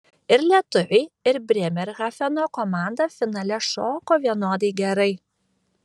ir lietuviai ir brėmerhafeno komanda finale šoko vienodai gerai